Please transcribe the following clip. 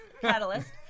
catalyst